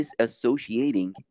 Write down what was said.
disassociating